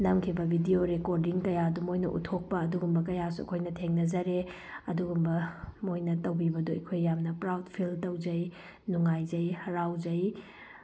ꯅꯝꯈꯤꯕ video recording ꯀꯌꯥꯗꯨ ꯃꯣꯏꯅ ꯎꯠꯊꯣꯛꯄ ꯑꯗꯨꯒꯨꯝꯕ ꯀꯌꯥꯁꯨ ꯑꯩꯈꯣꯏꯅ ꯊꯦꯡꯅꯖꯔꯦ ꯑꯗꯨꯒꯨꯝꯕ ꯃꯣꯏꯅ ꯇꯧꯕꯤꯕꯗꯣ ꯑꯩꯈꯣꯏ ꯌꯥꯝꯅ ꯄ꯭ꯔꯥꯎꯠ ꯐꯤꯜ ꯇꯧꯖꯩ ꯅꯨꯡꯉꯥꯏꯖꯩ ꯍꯔꯥꯎꯖꯩ